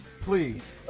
Please